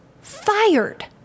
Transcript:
fired